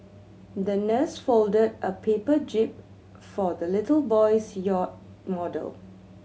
the nurse folded a paper jib for the little boy's yacht model